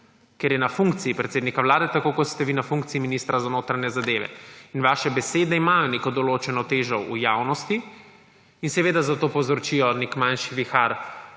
ker je na funkciji predsednika vlade, tako kot ste vi na funkciji ministra za notranje zadeve. Vaše besede imajo neko določeno težo v javnosti in zato povzročijo nek manjši vihar,